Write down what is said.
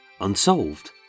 unsolved